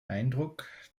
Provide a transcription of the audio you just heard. eindruck